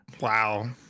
wow